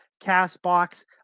CastBox